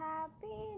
Happy